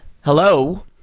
Hello